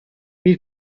bir